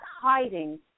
hiding